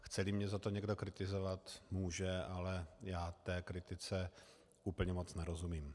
Chceli mě za to někdo kritizovat, může, ale já té kritice úplně moc nerozumím.